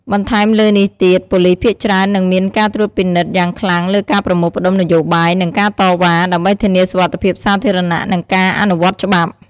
បន្ថែមលើនេះទៀត ប៉ូលីសភាគច្រើននឹងមានការត្រួតពិនិត្យយ៉ាងខ្លាំងលើការប្រមូលផ្តុំនយោបាយ និងការតវ៉ា ដើម្បីធានាសុវត្ថិភាពសាធារណៈ និងការអនុវត្តច្បាប់។